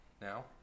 now